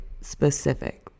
specific